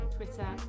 Twitter